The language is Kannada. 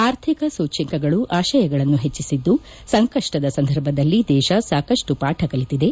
ಆರ್ಥಿಕ ಸೂಚ್ಯಂಕಗಳು ಆಶಯಗಳನ್ನು ಹೆಚ್ಚಿಬಿದ್ದು ಸಂಕಷ್ಟದ ಸಂದರ್ಭದಲ್ಲಿ ದೇಶ ಸಾಕಷ್ಟು ಪಾಠಗಳನ್ನು ಕಲಿತಿದೆ